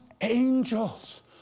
angels